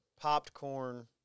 popcorn